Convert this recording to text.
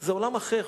זה עולם אחר,